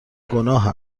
گناه